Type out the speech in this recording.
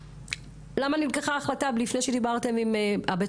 למה נלקחה החלטה לפני שדיברתם עם בית